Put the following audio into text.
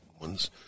ones